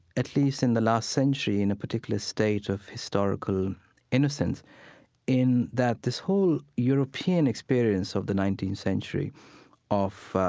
at least in the last century, in a particular state of historical innocence in that this whole european experience of the nineteenth century of,